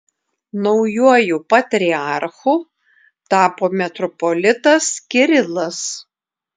naujuoju patriarchu tapo metropolitas kirilas